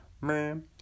Man